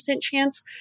chance